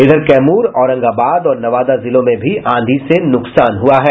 इधर कैमूर औरंगाबाद और नवादा जिलों में भी आंधी से नुकसान हुआ है